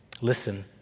Listen